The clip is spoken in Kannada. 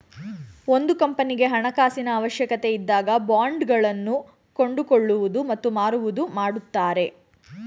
ಒಂದು ಕಂಪನಿಗೆ ಹಣಕಾಸಿನ ಅವಶ್ಯಕತೆ ಇದ್ದಾಗ ಬಾಂಡ್ ಗಳನ್ನು ಕೊಂಡುಕೊಳ್ಳುವುದು ಮತ್ತು ಮಾರುವುದು ಮಾಡುತ್ತಾರೆ